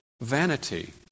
vanity